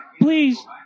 please